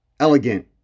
Elegant